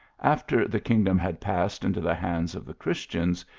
after the kingdom had passed into the hands of the christians,